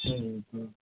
હમ હમ